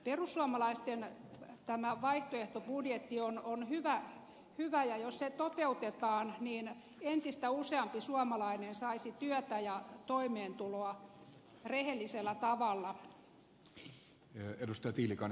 perussuomalaisten vaihtoehtobudjetti on hyvä ja jos se toteutetaan niin entistä useampi suomalainen saisi työtä ja toimeentuloa rehellisellä tavalla